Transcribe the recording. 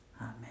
Amen